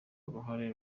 uruhare